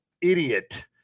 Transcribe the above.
idiot